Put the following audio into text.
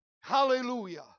Hallelujah